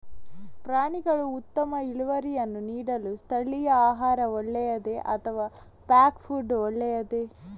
ಪ್ರಾಣಿಗಳು ಉತ್ತಮ ಇಳುವರಿಯನ್ನು ನೀಡಲು ಸ್ಥಳೀಯ ಆಹಾರ ಒಳ್ಳೆಯದೇ ಅಥವಾ ಪ್ಯಾಕ್ ಫುಡ್ ಒಳ್ಳೆಯದೇ?